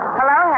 Hello